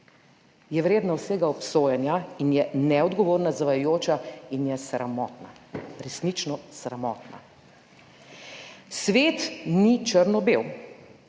je vredna vsega obsojanja in je neodgovorna, zavajajoča in je sramotna, resnično sramotna. Svet ni črno bel